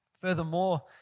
Furthermore